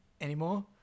anymore